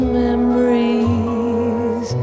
memories